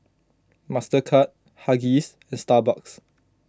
Mastercard Huggies and Starbucks